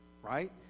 Right